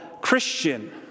Christian